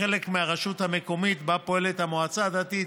וחלק מהרשות המקומית שבה פועלת המועצה הדתית,